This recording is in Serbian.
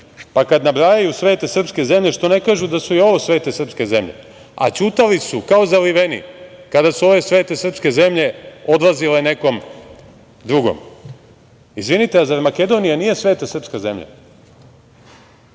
Pa, kad nabrajaju svete srpske zemlje, što ne kažu da su i ovo svete srpske zemlje? A ćutali su, kao zaliveni, kada su ove svete srpske zemlje odlazile nekom drugom. Izvinite, zar Makedonija nije sveta srpska zemlja?